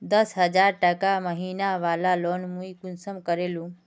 दस हजार टका महीना बला लोन मुई कुंसम करे लूम?